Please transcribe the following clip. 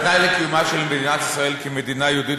התנאי לקיומה של מדינת ישראל כמדינה יהודית